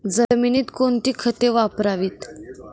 जमिनीत कोणती खते वापरावीत?